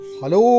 Hello